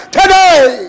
today